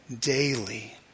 daily